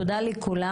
תודה לכולם.